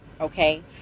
okay